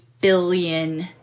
billion